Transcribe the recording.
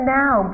now